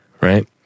right